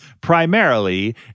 primarily